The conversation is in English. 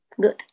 good